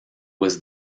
was